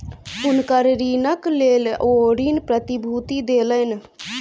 हुनकर ऋणक लेल ओ ऋण प्रतिभूति देलैन